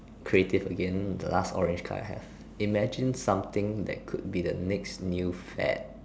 creative again the last orange card I have imagine some thing that can be next new fad